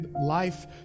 life